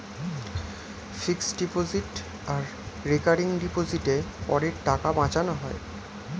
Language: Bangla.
ফিক্সড ডিপোজিট আর রেকারিং ডিপোজিটে করের টাকা বাঁচানো যায়